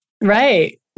Right